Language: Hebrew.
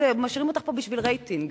משאירים אותך פה בשביל רייטינג.